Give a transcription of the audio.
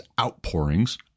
outpourings